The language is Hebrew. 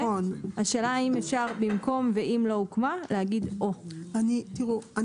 השאלה אם אפשר במקום המילים "ואם לא הוקמה" לכתוב את המילה "או".